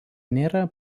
nėra